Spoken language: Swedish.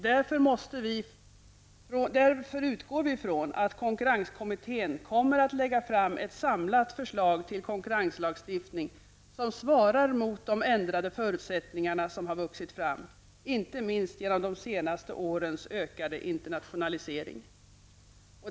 Därför utgår vi ifrån att konkurrenskommittén kommer att lägga fram ett samlat förslag till konkurrenslagstiftning som svarar mot de ändrade förutsättningar som har vuxit fram, inte minst genom de senaste årens ökade internationalisering.